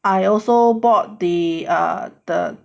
I also bought the err the